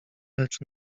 lecz